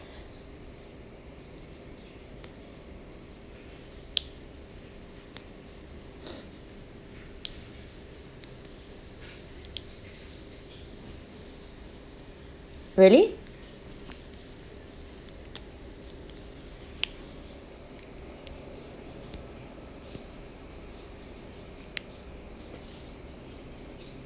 really